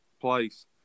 place